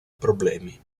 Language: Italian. problemi